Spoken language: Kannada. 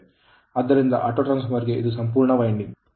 ಆದ್ದರಿಂದ autotransformer ಗೆ ಇದು ಸಂಪೂರ್ಣ winding